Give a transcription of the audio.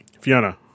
Fiona